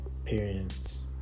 Parents